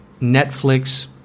Netflix